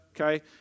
okay